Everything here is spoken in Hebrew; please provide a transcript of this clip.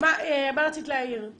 מה רצית להעיר?